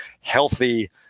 healthy